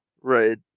Right